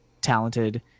talented